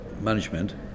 management